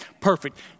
perfect